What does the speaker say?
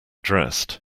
dressed